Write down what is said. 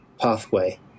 pathway